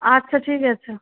আচ্ছা ঠিক আছে